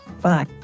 Bye